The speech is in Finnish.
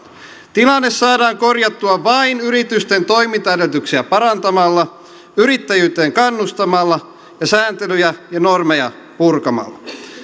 tilanne saadaan korjattua vain yritysten toimintaedellytyksiä parantamalla yrittäjyyteen kannustamalla ja sääntelyjä ja normeja purkamalla